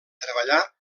treballar